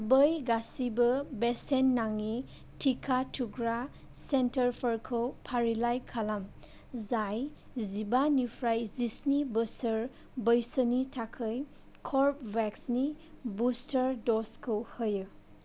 बै गासिबो बेसेन नाङि टिका थुग्रा सेन्टारफोरखौ फारिलाइ खालाम जाय जिबानिफ्राइ जिस्नि बोसोर बैसोनि थाखै कर्वेभेक्सनि बुस्टार दजखौ होयो